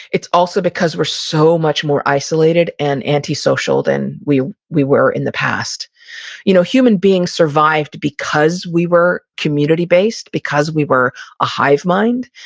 it's also because we're so much more isolated and anti-social than we we were in the past you know human beings survived because we were community-based because we were a hive mind.